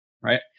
right